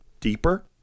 deeper